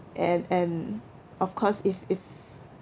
and and of course if if